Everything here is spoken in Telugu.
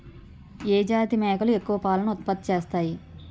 ఏ జాతి మేకలు ఎక్కువ పాలను ఉత్పత్తి చేస్తాయి?